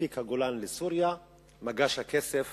מספיק את הגולן לסוריה ומגש הכסף